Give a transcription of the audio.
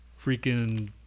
Freaking